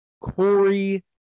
Corey